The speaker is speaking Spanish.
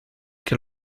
que